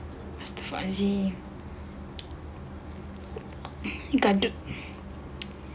lepas tu azif gaduh